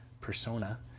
persona